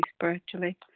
spiritually